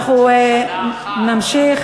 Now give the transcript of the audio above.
אנחנו נמשיך